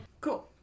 Cool